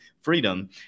freedom